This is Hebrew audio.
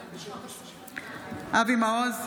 בעד אבי מעוז,